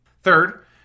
Third